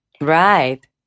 Right